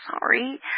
sorry